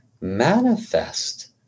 manifest